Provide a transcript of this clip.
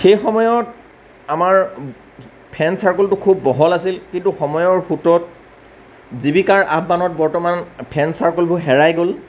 সেই সময়ত আমাৰ ফ্ৰেণ্ড চাৰ্কোলটো খুব বহল আছিল কিন্তু সময়ৰ সোঁতত জীৱিকাৰ আহ্বানত বৰ্তমান ফ্ৰেণ্ড চাৰ্কোলবোৰ হেৰাই গ'ল